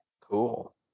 Cool